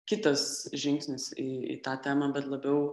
kitas žingsnis į į tą temą bet labiau